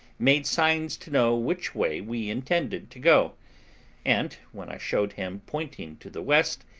made signs to know which way we intended to go and when i showed him, pointing to the west,